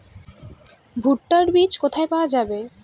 ভুট্টার বিজ কোথায় পাওয়া যাবে?